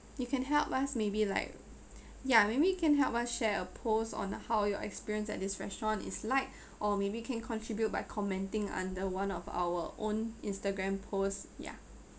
you can help us maybe like ya maybe you can help us share a post on how your experience at this restaurant is like or maybe can contribute by commenting under one of our own instagram post ya